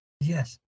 Yes